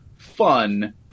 fun